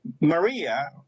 Maria